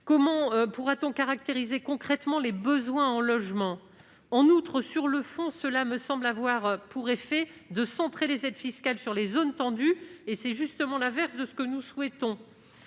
comment caractériser concrètement les besoins en logement ? En outre, l'adoption de cet amendement aurait pour effet de centrer les aides fiscales sur les zones tendues, soit exactement l'inverse de ce que nous souhaitons.